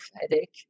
headache